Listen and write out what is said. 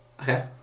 Okay